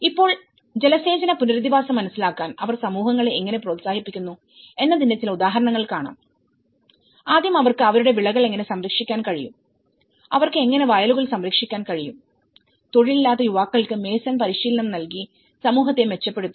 ഇപ്പോൾ ജലസേചന പുനരധിവാസം മനസ്സിലാക്കാൻ അവർ സമൂഹങ്ങളെ എങ്ങനെ പ്രോത്സാഹിപ്പിക്കുന്നു എന്നതിന്റെ ചില ഉദാഹരണങ്ങൾ കാണാം ആദ്യം അവർക്ക് അവരുടെ വിളകൾ എങ്ങനെ സംരക്ഷിക്കാൻ കഴിയും അവർക്ക് എങ്ങനെ വയലുകൾ സംരക്ഷിക്കാൻ കഴിയും തൊഴിലില്ലാത്ത യുവാക്കൾക്ക് മേസൺ പരിശീലനം നൽകി സമൂഹത്തെ മെച്ചപ്പെടുത്തി